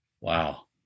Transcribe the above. Wow